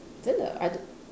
真的 I don't